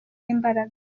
imbaraga